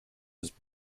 was